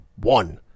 one